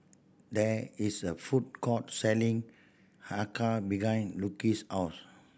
there is a food court selling acar behind Lucio's house